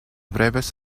breves